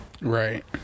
Right